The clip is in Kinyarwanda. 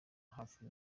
hafi